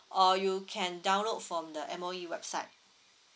or you can download from the M_O_E website